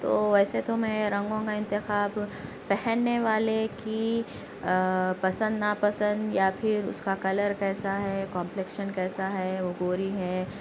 تو ویسے تو میں رنگوں کا انتخاب پہننے والے کی پسند ناپسند یا پھر اس کا کلر کیسا ہے کا مپلیکشن کیسا ہے وہ گوری ہے